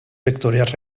vectorials